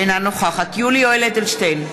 אינה נוכחת יולי יואל אדלשטיין,